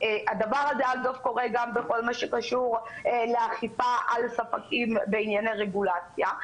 הדבר הזה קורה גם בכל מה שקשור לאכיפה על ספקים בענייני רגולציה.